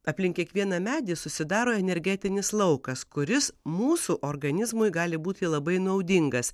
aplink kiekvieną medį susidaro energetinis laukas kuris mūsų organizmui gali būti labai naudingas